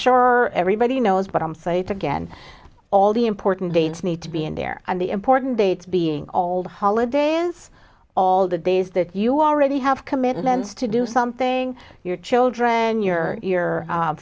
sure everybody knows but i'm sorry it's again all the important dates need to be in there and the important dates being all the holiday is all the days that you already have commitments to do something your children your your